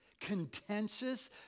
contentious